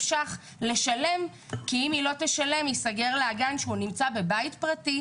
שקלים כי אם היא לא תשלם ייסגר לה הגן שנמצא בבית פרטי,